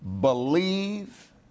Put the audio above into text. believe